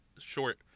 Short